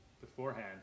beforehand